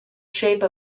shape